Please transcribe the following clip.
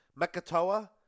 Makatoa